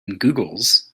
googles